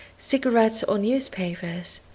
cigarettes, or newspapers.